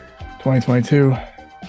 2022